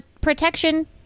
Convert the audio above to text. protection